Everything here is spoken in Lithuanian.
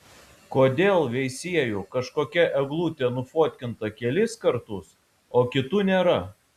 kodėl veisiejų kažkokia eglutė nufotkinta kelis kartus o kitų nėra